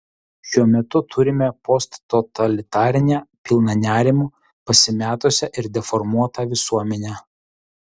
šiuo metu turime posttotalitarinę pilną nerimo pasimetusią ir deformuotą visuomenę